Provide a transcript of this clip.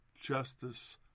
justice